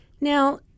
Now